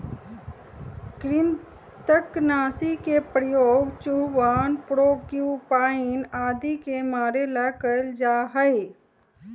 कृन्तकनाशी के प्रयोग चूहवन प्रोक्यूपाइन आदि के मारे ला कइल जा हई